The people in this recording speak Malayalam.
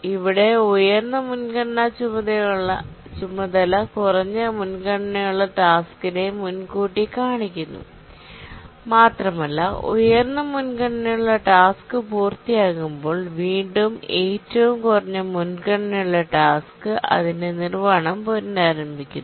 ഇവിടെ ഉയർന്ന മുൻഗണനാ ചുമതല കുറഞ്ഞ മുൻഗണനയുള്ള ടാസ്ക്കിനെ മുൻകൂട്ടി കാണിക്കുന്നു മാത്രമല്ല ഉയർന്ന മുൻഗണനയുള്ള ടാസ്ക് പൂർത്തിയാകുമ്പോൾ വീണ്ടും ഏറ്റവും കുറഞ്ഞ മുൻഗണനയുള്ള ടാസ്ക് അതിന്റെ നിർവ്വഹണം പുനരാരംഭിക്കുന്നു